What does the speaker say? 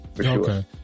Okay